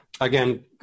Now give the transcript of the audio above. Again